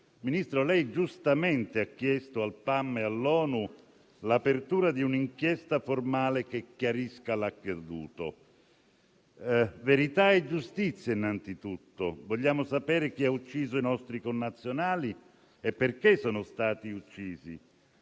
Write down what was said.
al Programma alimentare mondiale - PAM e all'ONU l'apertura di un'inchiesta formale che chiarisca l'accaduto. Verità e giustizia, innanzitutto. Vogliamo sapere chi ha ucciso i nostri connazionali e perché sono stati uccisi.